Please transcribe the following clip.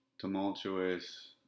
tumultuous